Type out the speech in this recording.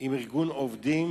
עם ארגון עובדים